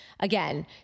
Again